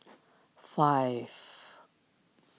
five